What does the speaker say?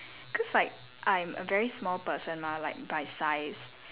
cause like I'm a very small person mah like by size